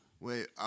Wait